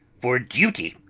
for duty,